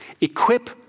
equip